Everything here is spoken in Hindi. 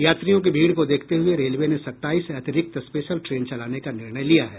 यात्रियों की भीड़ को देखते हये रेलवे ने सत्ताईस अतिरिक्त स्पेशल ट्रेन चलाने का निर्णय लिया है